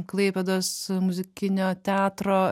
klaipėdos muzikinio teatro